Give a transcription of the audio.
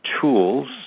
tools